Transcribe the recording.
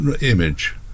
Image